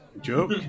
Joke